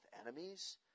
enemies